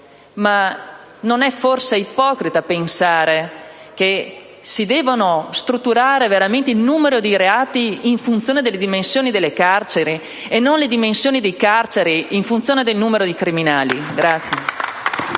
non è forse ipocrita pensare di strutturare il numero dei reati in funzione delle dimensioni delle carceri e non le dimensioni delle carceri in funzione del numero dei criminali?